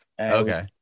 okay